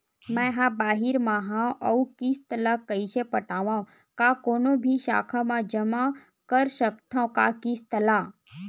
मैं हा बाहिर मा हाव आऊ किस्त ला कइसे पटावव, का कोनो भी शाखा मा जमा कर सकथव का किस्त ला?